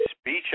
speech